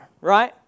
right